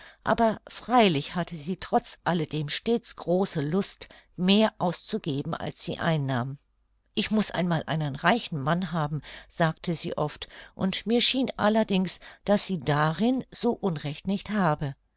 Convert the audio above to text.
aber freilich hatte sie trotz alledem stets große lust mehr auszugeben als sie einnahm ich muß einmal einen reichen mann haben sagte sie oft und mir schien allerdings daß sie darin so unrecht nicht habe